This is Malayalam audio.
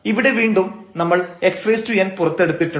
ഇവിടെ വീണ്ടും നമ്മൾ xn പുറത്തെടുത്തിട്ടുണ്ട്